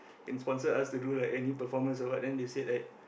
in sponsor us to do like any performance or what then they say like